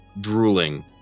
drooling